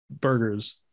burgers